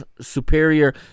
superior